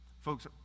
Folks